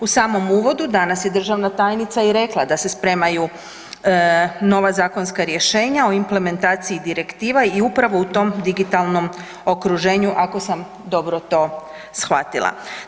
U samom uvodu danas je državna tajnica i rekla da se spremaju nova zakonska zakonska rješenja o implementaciji direktiva i upravo u tom digitalnom okruženju ako sam dobro to shvatila.